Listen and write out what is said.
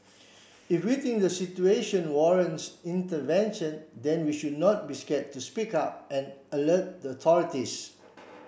if we think the situation warrants intervention then we should not be scared to speak up and alert the authorities